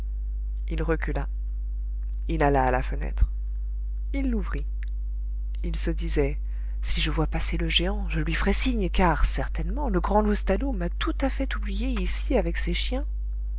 il recula il alla à la fenêtre il l'ouvrit il se disait si je vois passer le géant je lui ferai signe car certainement le grand loustalot m'a tout à fait oublié ici avec ses chiens